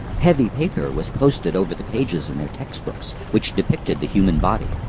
heavy paper was pasted over the pages in their textbooks which depicted the human body.